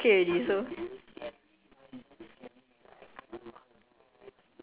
okay it's but it's not even you dislocate it's not even you dislocate I okay already so